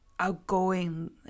outgoing